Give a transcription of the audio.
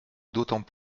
d’autant